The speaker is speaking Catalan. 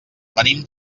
venim